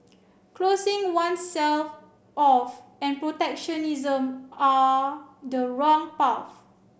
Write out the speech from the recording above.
closing oneself off and protectionism are the wrong path